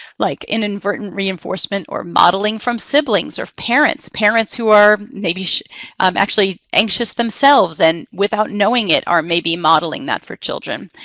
like inadvertent reinforcement or modeling from siblings or parents, parents who are maybe um actually anxious themselves and without knowing it are maybe modeling that for children.